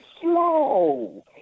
slow